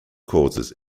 causes